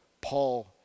Paul